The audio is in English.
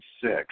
six